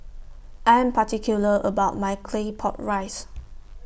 I Am particular about My Claypot Rice